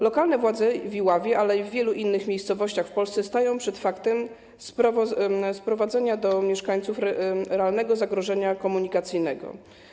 Lokalne władze w Iławie, ale i w wielu innych miejscowościach w Polsce stają przed faktem sprowadzenia na mieszkańców realnego zagrożenia komunikacyjnego.